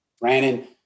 Brandon